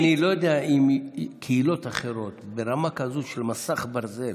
אני לא יודע אם קהילות אחרות ברמה כזאת של מסך ברזל